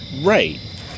Right